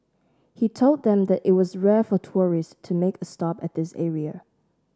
he told them that it was rare for tourists to make a stop at this area